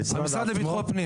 המשרד עצמו?